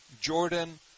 Jordan